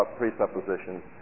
presuppositions